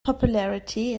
popularity